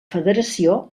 federació